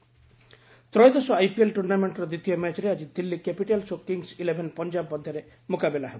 IPL ତ୍ରୟୋଦଶ IPL ଟୁର୍ଣ୍ଣାମେଣ୍ଟର ଦ୍ୱିତୀୟ ମ୍ୟାଚରେ ଆଜି ଦିଲ୍ଲୀ କ୍ୟାପିଟାଲ୍ସ ଓ କିଙ୍ଗ୍ସ ଇଲେଭେନ୍ ପଞ୍ଜାବ ମଧ୍ୟରେ ମୁକାବିଲା ହେବ